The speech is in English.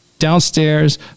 downstairs